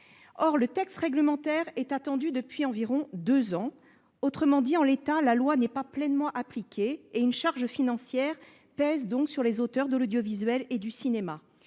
Or le texte réglementaire est attendu depuis environ deux ans. Ainsi, en l'état, la loi n'est pas pleinement appliquée, et une charge financière pèse sur les auteurs de l'audiovisuel et du cinéma.